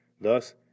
Thus